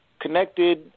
connected